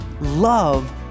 love